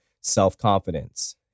self-confidence